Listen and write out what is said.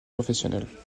professionnelle